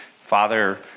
father